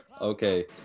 Okay